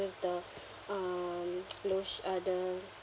with the um lo~ uh the